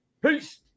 Peace